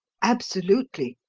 absolutely.